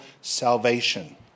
salvation